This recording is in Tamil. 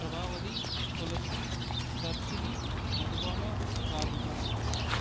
பிரபாவதி துளசி தர்ஷினி மதுபாலா ராதிகா